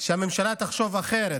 שהממשלה תחשוב אחרת,